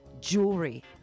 jewelry